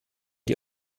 die